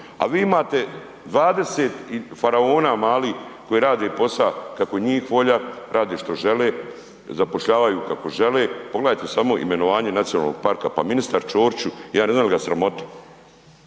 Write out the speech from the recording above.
a vi imate 20 faraona malih koji rade posao kako je njih volja, rade što žele, zapošljavaju kako žele, pogledate samo imenovanje nacionalnog parka. Pa ministar Ćorić, ja ne znam je li ga sramota.